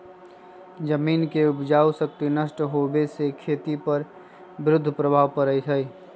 जमीन के उपजाऊ शक्ति नष्ट होवे से खेती पर विरुद्ध प्रभाव पड़ा हई